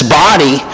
body